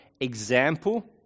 example